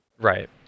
Right